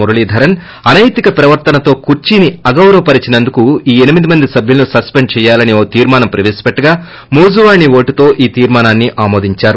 మురళీధరన్ అనైతిక ప్రవర్తనతో కుర్సీని అగౌరవపరిచినందుకు ఈ ఎనిమిది మంది సభ్యులను సస్పిండ్ చేయాలని ఒక తీర్శానాన్ని ప్రపేశపెట్లగా మూజువాణి ఓటుతో ఈ తీర్శానాన్ని ఆమోదించారు